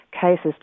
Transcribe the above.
cases